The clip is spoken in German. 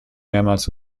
mehrmals